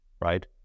right